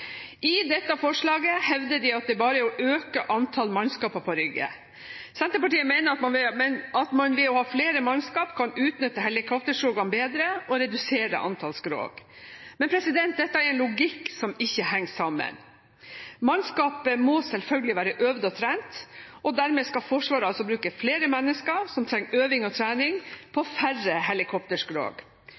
I dette forslaget hevder de at det bare er å øke antall mannskaper på Rygge. Senterpartiet mener at man ved å ha flere mannskap kan utnytte helikopterskrogene bedre og redusere antall skrog. Men dette er logikk som ikke henger sammen. Mannskapet må selvfølgelig være øvd og trent, og dermed skal Forsvaret altså bruke flere mennesker som trenger øving og trening på færre helikopterskrog.